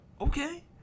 Okay